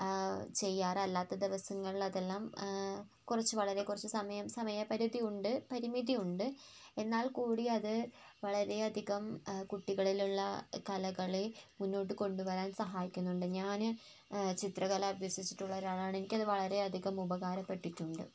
ചെയ്യാറ് അല്ലാത്ത ദിവസങ്ങളിൽ അതെല്ലാം കുറച്ച് വളരെ കുറച്ച് സമയം സമയം പരിധി ഉണ്ട് പരിമിധിയുണ്ട് എന്നാൽ കൂടിയത് വളരെ അധികം കുട്ടികളിൽ ഉള്ള കലകളെ മുന്നോട്ട് കൊണ്ടുവരാൻ സഹായിക്കുന്നുണ്ട് ഞാൻ ചിത്രകല അഭ്യസിച്ചിട്ടുള്ളൊരാളാണ് എനിക്കത് വളരെ അധികം ഉപകാരപെട്ടിട്ടുണ്ട്